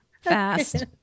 fast